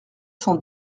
cent